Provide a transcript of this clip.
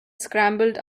scrambled